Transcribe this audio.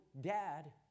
dad